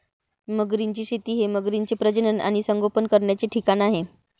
मगरींची शेती हे मगरींचे प्रजनन आणि संगोपन करण्याचे ठिकाण आहे